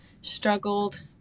struggled